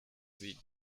sie